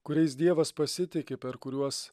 kuriais dievas pasitiki per kuriuos